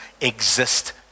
exist